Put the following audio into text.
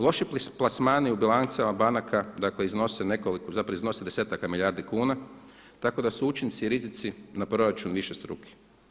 Loši plasmani u bilancama banaka, dakle iznose nekoliko, zapravo iznose desetaka milijardi kuna tako da su učinci i rizici na proračunu višestruki.